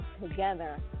together